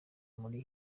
muri